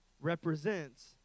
represents